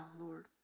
Lord